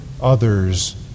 others